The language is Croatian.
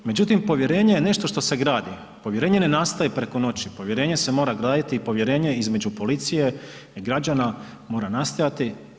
Međutim, povjerenje je nešto što se gradi, povjerenje ne nastaje preko noći, povjerenje se mora graditi i povjerenje između policije i građana mora nastajati.